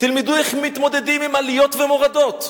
תלמדו איך מתמודדים עם עליות ומורדות,